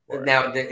now